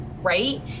right